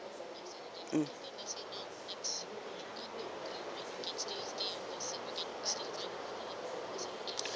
mm